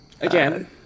Again